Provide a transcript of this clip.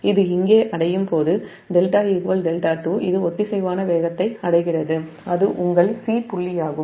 இது இங்கே அடையும்போது δ δ2 இது ஒத்திசைவான வேகத்தை அடைகிறது அது உங்கள் 'c' புள்ளியாகும்